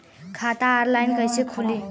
खाता ऑनलाइन कइसे खुली?